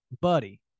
buddy